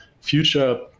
future